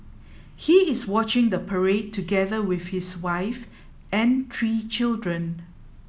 he is watching the parade together with his wife and three children